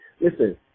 listen